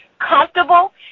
comfortable